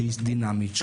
שהיא דינמית,